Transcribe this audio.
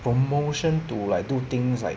promotion to like do things like